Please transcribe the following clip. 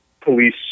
police